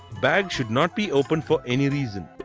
bag should not be opened for any reason.